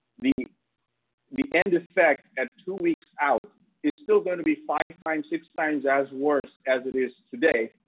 the the end effect at two weeks out is still gonna be five times six times as worse as it is today,